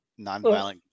nonviolent